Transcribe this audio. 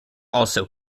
also